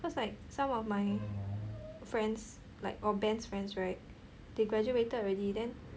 cause like some of my friends like or ben's friends right they graduated already then